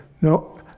no